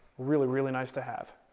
really, really nice to have.